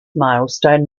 milestone